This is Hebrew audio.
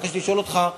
אני מבקש לשאול אותך,